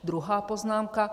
Druhá poznámka.